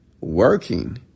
working